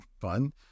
fun